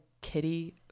kitty